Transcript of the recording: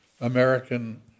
American